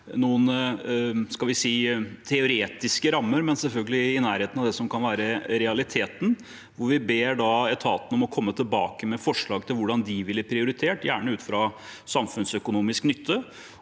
noen – skal vi si – teoretiske rammer, men selvfølgelig i nærheten av det som kan være realiteten, hvor vi ber etaten om å komme tilbake med forslag til hvordan de ville prioritert, gjerne ut fra samfunnsøkonomisk nytte.